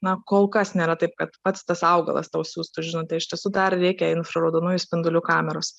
na kol kas nėra taip kad pats tas augalas tau siųstų žinutę iš tiesų dar reikia infraraudonųjų spindulių kameros